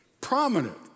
Prominent